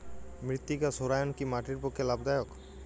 মৃত্তিকা সৌরায়ন কি মাটির পক্ষে লাভদায়ক?